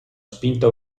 spinta